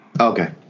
Okay